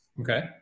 Okay